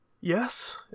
Yes